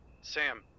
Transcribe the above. Sam